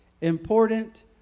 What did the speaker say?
important